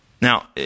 Now